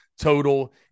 total